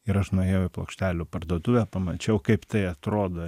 ir aš nuėjau į plokštelių parduotuvę pamačiau kaip tai atrodo